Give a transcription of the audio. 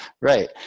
Right